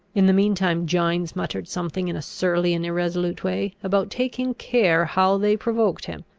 in the mean time gines muttered something in a surly and irresolute way, about taking care how they provoked him.